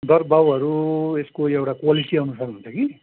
दर भाउहरू यसको एउटा क्वालिटी अनुसार हुन्छ कि